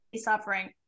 suffering